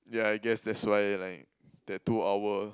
ya I guess that's why like that two hour